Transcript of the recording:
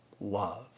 love